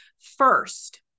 first